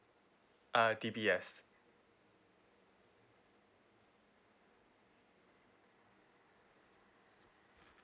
uh D_B_S